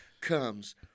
comes